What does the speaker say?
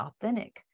authentic